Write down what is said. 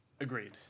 Agreed